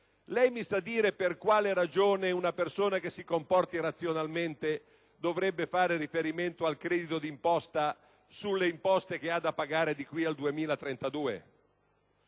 lei mi sa dire per quale ragione una persona che si comporti razionalmente dovrebbe far riferimento al credito d'imposta sulle imposte che dovrà pagare da qui al 2032?